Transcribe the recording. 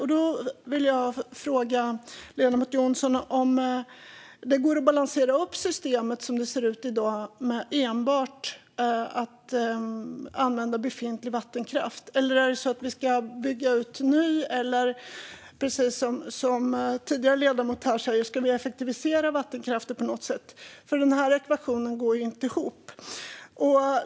Men går det att balansera dagens system med enbart befintlig vattenkraft? Eller ska vi effektivisera den eller bygga ny? Ekvationen går inte ihop.